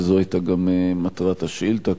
וזאת היתה מטרת השאילתא.